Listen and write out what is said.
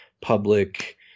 public